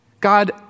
God